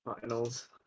Finals